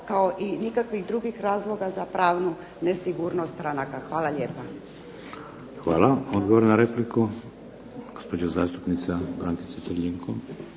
kao i nikakvih drugih razloga za pravnu nesigurnost stranaka. Hvala lijepa. **Šeks, Vladimir (HDZ)** Hvala. Odgovor na repliku, gospođa zastupnica Brankica Crljenko.